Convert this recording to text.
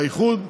לאיחוד,